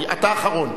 אתה אחרון.